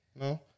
No